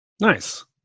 Nice